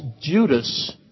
Judas